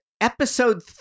episode